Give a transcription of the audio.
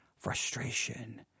Frustration